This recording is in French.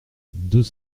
deux